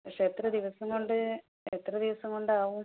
പക്ഷെ എത്ര ദിവസം കൊണ്ട് എത്ര ദിവസം കൊണ്ടാവും